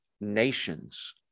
nations